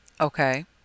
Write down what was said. Okay